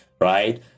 right